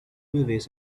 movies